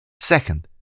Second